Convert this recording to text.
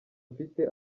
mfite